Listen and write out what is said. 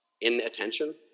inattention